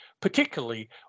particularly